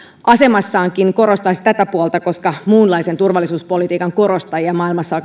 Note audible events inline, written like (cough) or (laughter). asemassaankin korostaisi tätä puolta koska muunlaisen turvallisuuspolitiikan korostajia maailmassa (unintelligible)